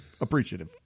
appreciative